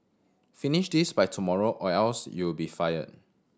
finish this by tomorrow or else you'll be fired